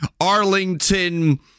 Arlington